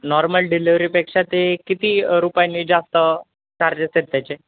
normal delivery पेक्षा ते किती रुपयानी जास्त चार्जेस आहेत त्याचे